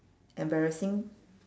embarrassing